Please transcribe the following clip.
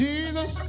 Jesus